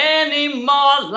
anymore